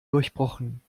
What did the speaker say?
durchbrochen